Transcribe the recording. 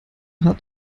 hart